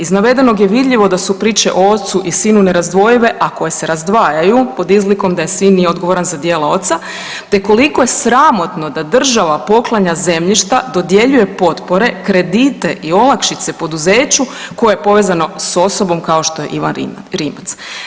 Iz navedenog je vidljivo da su priče o ocu i sinu nerazdvojive, a koje se razdvajaju pod izlikom da sin nije odgovoran za djela oca te koliko je sramotno da država poklanja zemljišta, dodjeljuje potpore, kredite i olakšice poduzeću koje je povezano s osobom kao što je Ivan Rimac.